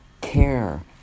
care